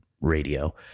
Radio